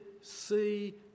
see